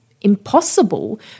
impossible